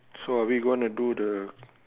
so are we gonna do the